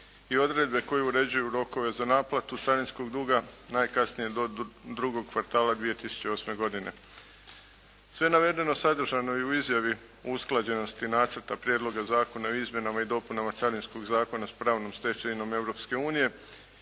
i odredbe koje uređuju rokove za naplatu carinskog duga najkasnije do drugog kvartala 2008. godine. Sve navedeno sadržano je u izjavi usklađenosti nacrta Prijedloga zakona o izmjenama i dopunama Carinskog zakona s pravnom stečevinom